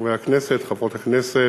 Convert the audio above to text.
חברי הכנסת, חברות הכנסת,